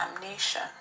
damnation